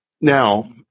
Now